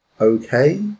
okay